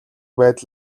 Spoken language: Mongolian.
байдал